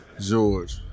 George